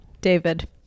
David